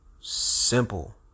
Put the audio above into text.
Simple